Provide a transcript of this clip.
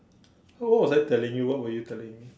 what what was I telling you what were you telling me